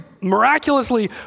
miraculously